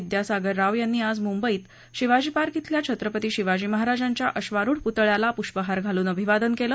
विद्यासागर राव यांनी आज मुंबईत शिवाजी पार्क शिल्या छत्रपती शिवाजी महाराजांच्या अश्वारूढ पुतळ्याला पुष्पहार घालून अभिवादन केलं